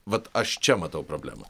vat aš čia matau problemą